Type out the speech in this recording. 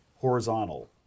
horizontal